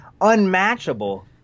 unmatchable